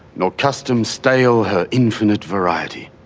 nor custom stale her infinite variety.